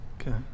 Okay